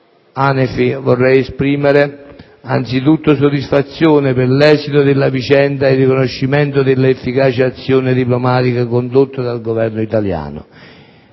Hanefi: vorrei esprimere, anzitutto, soddisfazione per l'esito della vicenda e il riconoscimento dell'efficace azione diplomatica condotta dal Governo italiano.